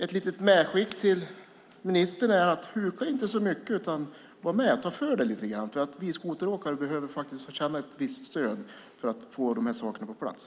Ett litet medskick till ministern är: Huka inte så mycket! Var med och ta för dig lite grann! Vi skoteråkare behöver få känna ett visst stöd för att få de här sakerna på plats.